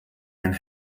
and